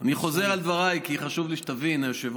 אני חוזר על דבריי, כי חשוב לי שתבין, היושב-ראש: